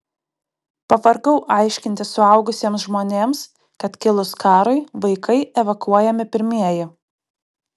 pavargau aiškinti suaugusiems žmonėms kad kilus karui vaikai evakuojami pirmieji